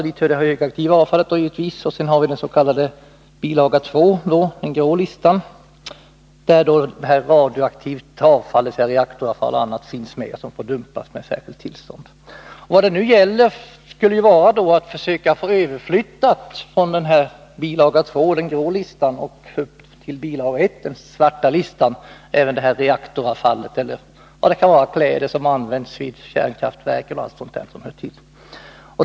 Dit hör givetvis det högaktiva avfallet. Bil. 2, den grå listan, omfattar det radioaktiva avfall, dvs. reaktoravfall och annat, som får dumpas med särskilt tillstånd. Det gäller nu att från bil. 2, den grå listan, till bil. 1, den svarta listan, försöka få överflyttat reaktoravfall, kläder som används vid kärnkraftverk och annat som hör till denna kategori.